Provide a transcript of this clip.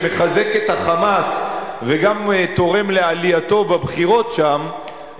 שמחזק את ה"חמאס" וגם תורם לעלייתו בבחירות שם,